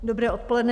Dobré odpoledne.